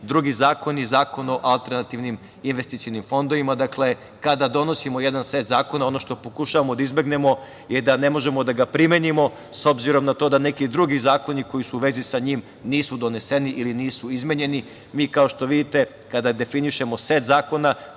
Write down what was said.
drugi zakon je zakon o alternativnim investicionim fondovima. Dakle, kada donosimo jedan set zakona, ono što pokušavamo da izbegnemo je da ne možemo da ga primenimo s obzirom na to da neki drugi zakoni koji su u vezi sa njim nisu doneseni ili nisu izmenjeni. Mi, kao što vidite, kada definišemo set zakona,